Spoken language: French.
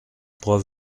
pourras